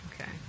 okay